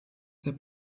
der